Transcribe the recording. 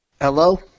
Hello